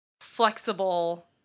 flexible